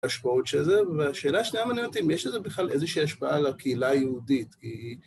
ההשפעות של זה, והשאלה השנייה מעניין אותי אם יש לזה בכלל איזושהי השפעה לקהילה היהודית, כי